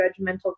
judgmental